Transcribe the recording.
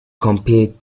compared